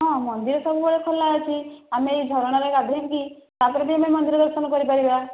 ହଁ ମନ୍ଦିର ସବୁବେଳେ ଖୋଲା ଅଛି ଆମେ ଏହି ଝରଣାରେ ଗାଧେଇ କି ତାପରେ ବି ଆମେ ମନ୍ଦିର ଦର୍ଶନ କରିପାରିବା